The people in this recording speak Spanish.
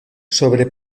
sobre